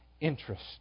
interest